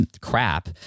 crap